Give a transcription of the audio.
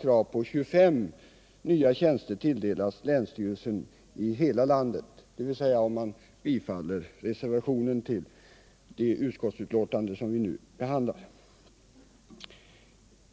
krav på 25 nya tjänster tilldelas länsstyrelserna i hela landet, dvs. om reservationen vid det betänkande som vi nu behandlar bifalles.